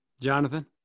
jonathan